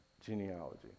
genealogy